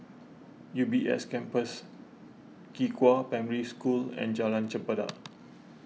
U B S Campus Qihua Primary School and Jalan Chempedak